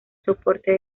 soporte